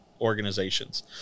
organizations